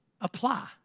apply